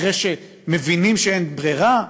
אחרי שמבינים שאין ברירה.